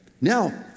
Now